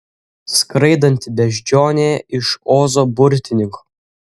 skraidanti beždžionė iš ozo burtininko